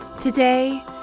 Today